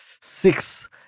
six